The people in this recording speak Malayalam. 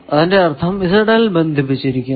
അതിന്റെ അർഥം ബന്ധിപ്പിച്ചിരിക്കുന്നു